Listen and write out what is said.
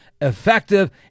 effective